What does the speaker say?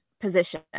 position